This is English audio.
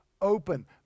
open